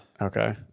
Okay